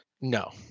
No